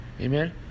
amen